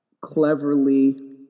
cleverly